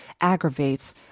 aggravates